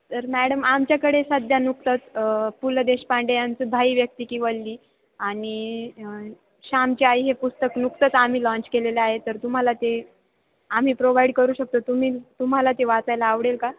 तर मॅडम आमच्याकडे सध्या नुकतंच पु ल देशपांडे यांचं भाई व्यक्ती की वल्ली आणि श्यामची आई हे पुस्तक नुकतंच आम्ही लाँच केलेलं आहे तर तुम्हाला ते आम्ही प्रोवाईड करू शकतो तुम्ही तुम्हाला ते वाचायला आवडेल का